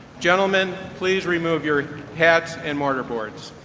gentlemen, please remove your hats and mortarboards.